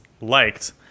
liked